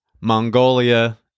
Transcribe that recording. Mongolia